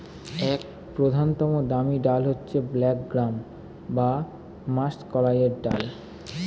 এক প্রধানতম দামি ডাল হচ্ছে ব্ল্যাক গ্রাম বা মাষকলাইয়ের ডাল